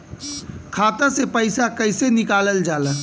खाता से पैसा कइसे निकालल जाला?